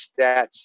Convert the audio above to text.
stats